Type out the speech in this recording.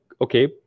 okay